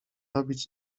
robić